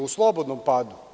U slobodnom padu.